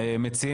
המציעים,